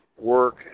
work